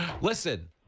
Listen